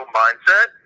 mindset